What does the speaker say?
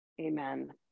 Amen